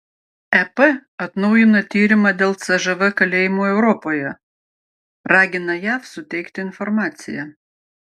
ep atnaujina tyrimą dėl cžv kalėjimų europoje ragina jav suteikti informaciją